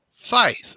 faith